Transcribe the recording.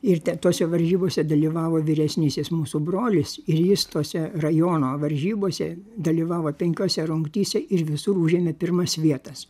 ir ten tose varžybose dalyvavo vyresnysis mūsų brolis ir jis tose rajono varžybose dalyvavo penkiose rungtyse ir visur užėmė pirmas vietas